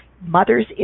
mother's